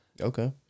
Okay